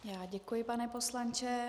Já děkuji, pane poslanče.